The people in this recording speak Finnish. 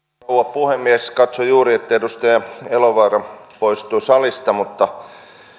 puhemies katsoin juuri että edustaja elovaara poistui salista mutta